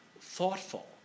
thoughtful